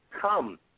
come